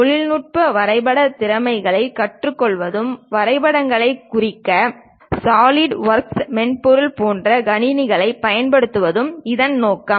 தொழில்நுட்ப வரைபட திறன்களைக் கற்றுக்கொள்வதும் வரைபடங்களைக் குறிக்க SOLIDWORKS மென்பொருள் போன்ற கணினிகளைப் பயன்படுத்துவதும் இதன் நோக்கம்